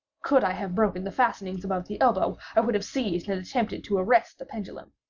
could i have broken the fastenings above the elbow, i would have seized and attempted to arrest the pendulum.